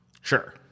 Sure